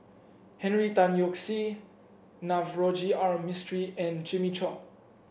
Henry Tan Yoke See Navroji R Mistri and Jimmy Chok